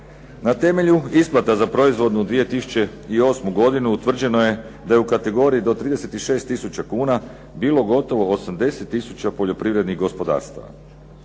Na temelju isplata za proizvodnu 2008. godinu utvrđeno je da je u kategoriji do 36 tisuća kuna bilo gotovo 80 tisuća poljoprivrednih gospodarstava,